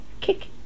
Kick